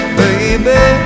baby